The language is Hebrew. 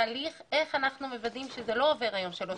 איך אנחנו מוודאים שזה לא עובר היום שלוש